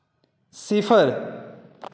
सिफर